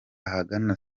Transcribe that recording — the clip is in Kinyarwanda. ahagana